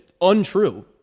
untrue